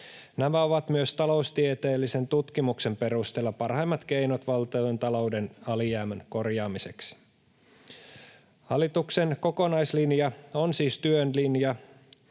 Nämä ovat myös taloustieteellisen tutkimuksen perusteella parhaimmat keinot valtiontalouden alijäämän korjaamiseksi. Hallituksen kokonaislinja on siis työn linja,